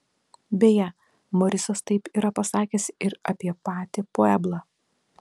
beje morisas taip yra pasakęs ir apie patį pueblą